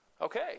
Okay